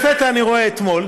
ולפתע אני רואה אתמול